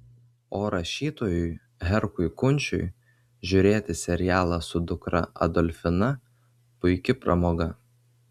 o rašytojui herkui kunčiui žiūrėti serialą su dukra adolfina puiki pramoga